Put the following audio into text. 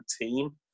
team